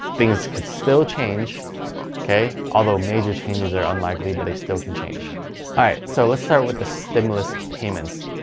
things could still change okay. although major changes are unlikely but they still can change. all right so let's start with the stimulus payments.